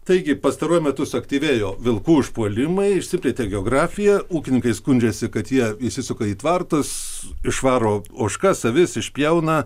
taigi pastaruoju metu suaktyvėjo vilkų užpuolimai išsiplėtė geografija ūkininkai skundžiasi kad jie įsisuka į tvartus išvaro ožkas avis išpjauna